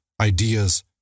ideas